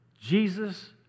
Jesus